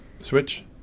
Switch